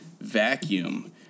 vacuum